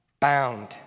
bound